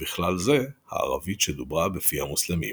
ובכלל זה הערבית שדוברה בפי המוסלמים.